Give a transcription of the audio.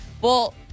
Well-